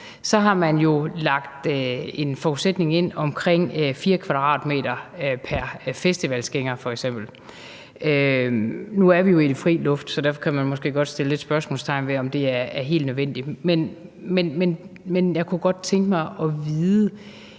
jo f.eks. lagt en forudsætning ind om, at der skal være 4 m² pr. festivalgænger – nu er man jo ude i det fri, så derfor kan man måske godt sætte spørgsmålstegn ved, om det er helt nødvendigt. Men jeg kunne godt tænke mig at vide: